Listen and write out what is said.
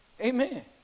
Amen